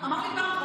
פעם אמר לי חבר,